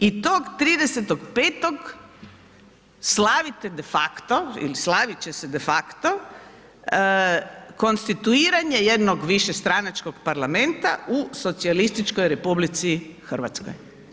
I tog 30.5. slavite de facto ili slaviti će se de facto konstituiranje jednog višestranačkog parlamenta u Socijalističkoj Republici Hrvatskoj.